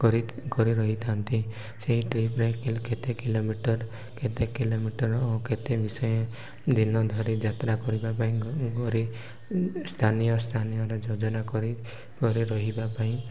କରି କରି ରହିଥାନ୍ତି ସେଇ ଟ୍ରିପରେ କିଲ୍ କେତେ କିଲୋମିଟର କେତେ କିଲୋମିଟର ଓ କେତେ ମିଷୟ ଦିନ ଧରି ଯାତ୍ରା କରିବା ପାଇଁ ଘରେ ସ୍ଥାନୀୟ ସ୍ଥାନୀୟର ଯୋଜନା କରି କରି ରହିବା ପାଇଁ